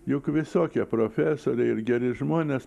juk visokie profesoriai ir geri žmonės